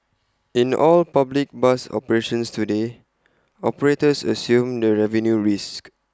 in all public bus operations today operators assume the revenue risk